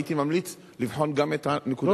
הייתי ממליץ לבחון גם את הנקודה,